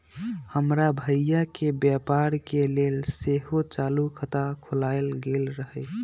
हमर भइया के व्यापार के लेल सेहो चालू खता खोलायल गेल रहइ